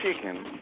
chicken